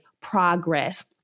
progress